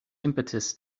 impetus